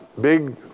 Big